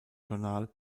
journal